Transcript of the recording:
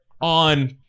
on